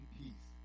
peace